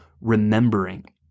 remembering